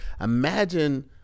Imagine